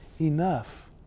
enough